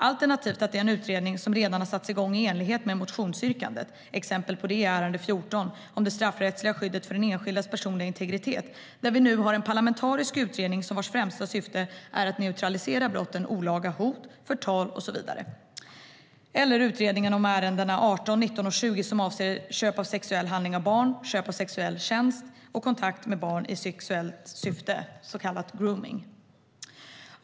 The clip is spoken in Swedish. Det kan också vara en utredning som redan har satts igång i enlighet med motionsyrkandet. Exempel på det är punkt 14 om det straffrättsliga skyddet för enskildas personliga integritet. Där har vi nu en parlamentarisk utredning vars främsta syfte är att neutralisera brotten olaga hot, förtal och så vidare. Det handlar också om utredningen om punkterna 18, 19 och 20, som avser köp av sexuell handling av barn, köp av sexuell tjänst och kontakt med barn i sexuellt syfte - det som kallas gromning.